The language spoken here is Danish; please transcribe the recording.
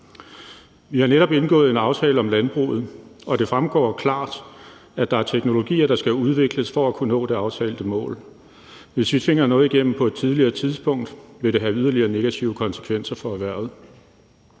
Vi har netop indgået en aftale om landbruget, og det fremgår klart, at der er teknologier, der skal udvikles, for at kunne nå det aftalte mål. Hvis vi tvinger noget igennem på et tidligere tidspunkt, vil det have yderligere negative konsekvenser for erhvervet.